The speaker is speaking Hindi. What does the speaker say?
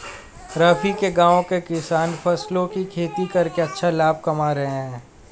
रफी के गांव के किसान फलों की खेती करके अच्छा लाभ कमा रहे हैं